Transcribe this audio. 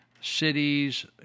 cities